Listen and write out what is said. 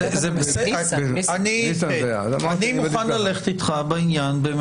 אני מוכן ללכת איתך בעניין הזה.